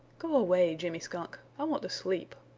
go away, jimmy skunk. i want to sleep!